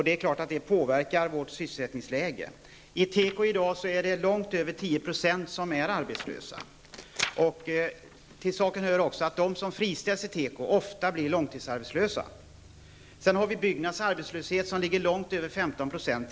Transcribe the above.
Det är klart att detta påverkar vårt sysselsättningsläge. Inom tekoindustrin är i dag långt över 10 % arbetslösa. Till saken hör också att de som friställs inom tekoindustrin ofta blir långtidsarbetslösa. I dag ligger också byggnadsarbetslösheten långt över 15 %.